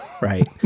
Right